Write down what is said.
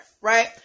right